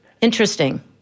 Interesting